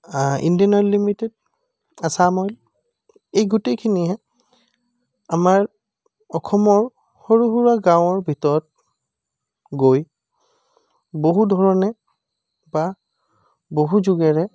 Indian oil limited Assam oil এই গোটেইখিনিয়ে আমাৰ অসমৰ সৰু সুৰা গাঁৱৰ ভিতৰত গৈ বহুধৰণে বা বহু যুগেৰে